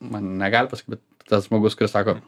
man negali pasakyt bet tas žmogus kuris sako